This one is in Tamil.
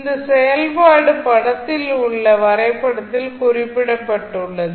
இந்த செயல்பாடு படத்தில் உள்ள இந்த வரைபடத்தில் குறிக்கப்பட்டுள்ளது